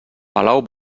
palau